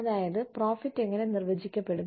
അതായത് പ്രോഫിറ്റ് എങ്ങനെ നിർവചിക്കപ്പെടുന്നു